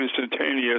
instantaneous